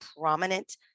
prominent